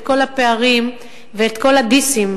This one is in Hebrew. את כל הפערים ואת כל ה"דיסים".